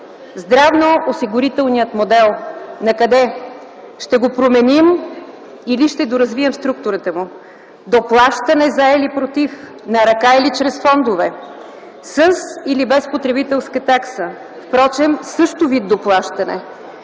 „Здравноосигурителният модел – накъде?”, „Ще го променим или ще доразвием структурата му?”, „Доплащане – за или против, на ръка или чрез фондове?”, „С или без потребителска такса?”. Впрочем, това е също вид доплащане.